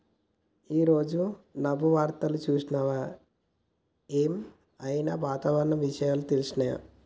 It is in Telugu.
ఈ రోజు నువ్వు వార్తలు చూసినవా? ఏం ఐనా వాతావరణ విషయాలు తెలిసినయా?